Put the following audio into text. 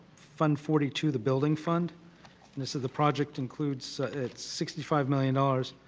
fund forty two, the building fund and this is the project includes sixty five million dollars,